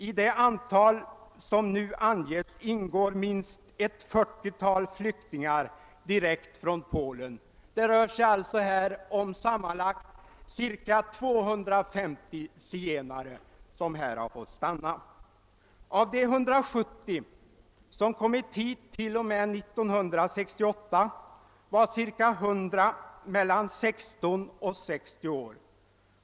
I det antal som nu har angivits ingår minst ett 40-tal flyktingar direkt från Polen. Det rör sig alltså här om sammanlagt cirka 250 zigenare, som har fått stanna i Sverige. Av de 170 zigenare som har kommit hit t.o.m. 1968 var cirka 100 mellan 16 och 60 år.